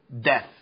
death